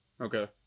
Okay